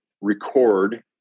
record